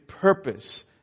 purpose